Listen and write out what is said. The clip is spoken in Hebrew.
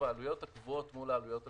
העלויות הקבועות מול העלויות המשתנות.